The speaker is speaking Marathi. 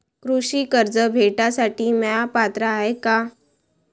कृषी कर्ज भेटासाठी म्या पात्र हाय का?